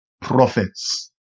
prophets